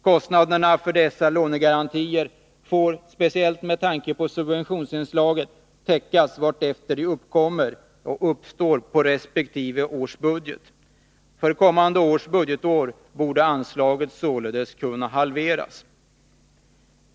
Kostnaderna för dessa lånegarantier får — speciellt med tanke på subventionsinslaget — täckas vartefter de uppstår på resp. års budget. För kommande budgetår borde anslaget således kunna halveras.